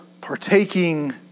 partaking